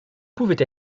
pouvaient